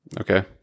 Okay